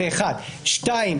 שנית,